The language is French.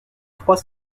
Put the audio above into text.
trois